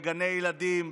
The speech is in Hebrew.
בגני ילדים,